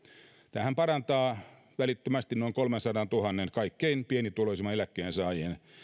tämähän parantaa välittömästi noin kolmensadantuhannen kaikkein pienituloisimman eläkkeensaajan